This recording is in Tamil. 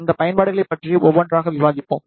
இந்த பயன்பாடுகளைப் பற்றி ஒவ்வொன்றாக விவாதிப்போம்